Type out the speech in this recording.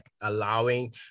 allowing